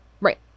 Right